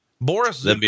Boris